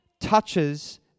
touches